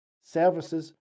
services